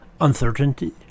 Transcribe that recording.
uncertainty